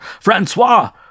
Francois